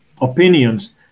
opinions